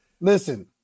Listen